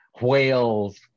whales